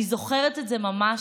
אני זוכרת את זה ממש